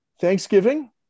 Thanksgiving